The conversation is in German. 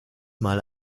mal